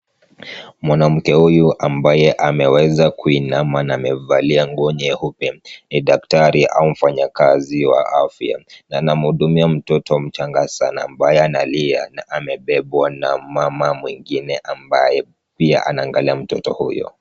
Mwanamke huyu ambaye ameweza kuinama na amevalia nguo nyeupe, ni daktari au mfanyakazi wa afya, na anamuhudumia mtoto mchanga sana ambaye analia, na amebebwa na mama mwingine ambaye pia, anaangalia mtoto huyo.